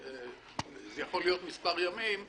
יכול להיות מספר ימים,